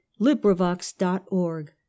LibriVox.org